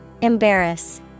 Embarrass